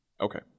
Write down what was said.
Okay